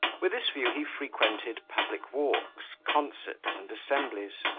with this view he frequented public walks, concerts, and assemblies,